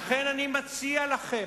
לכן אני מציע לכם,